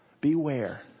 Beware